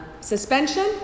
suspension